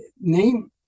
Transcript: name